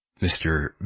Mr